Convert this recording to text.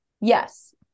Yes